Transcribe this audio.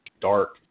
dark